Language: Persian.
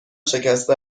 شکسته